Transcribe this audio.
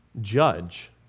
judge